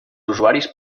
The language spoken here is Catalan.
usuaris